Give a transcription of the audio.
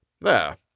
There